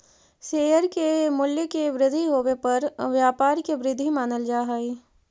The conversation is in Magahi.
शेयर के मूल्य के वृद्धि होवे पर व्यापार के वृद्धि मानल जा हइ